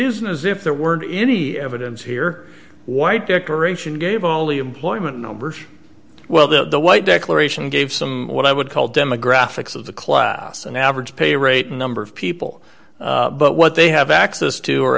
isn't as if there weren't any evidence here why decoration gave all the employment numbers well the white declaration gave some what i would call demographics of the class an average pay rate a number of people but what they have access to are